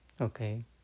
Okay